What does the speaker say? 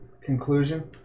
conclusion